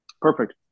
Perfect